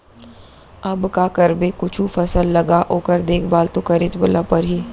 अब का करबे कुछु फसल लगा ओकर देखभाल तो करेच ल परही